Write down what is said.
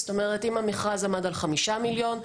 זאת אומרת שאם המכרז עמד על 5 מיליון,